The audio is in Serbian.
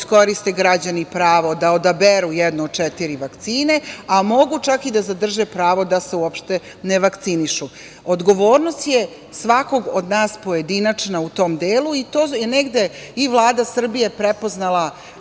iskoriste građani pravo da odaberu jednu od četiri vakcine, a mogu čak i da zadrže pravo da se uopšte ne vakcinišu. Odgovornost je svakog od nas pojedinačna u tom delu i to je negde i Vlada Srbije prepoznala